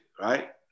right